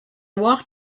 walked